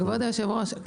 כבוד היושב-ראש,